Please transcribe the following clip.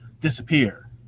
disappear